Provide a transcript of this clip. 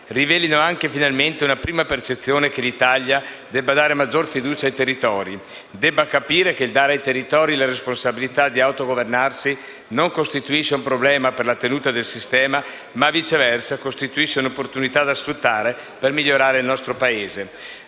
riveli anche una prima percezione che l'Italia debba dare maggiore fiducia ai territori e capire che il dare ai territori la responsabilità di autogovernarsi non costituisce un problema per la tenuta del sistema, ma un'opportunità da sfruttare per migliorare il nostro Paese.